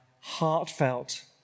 heartfelt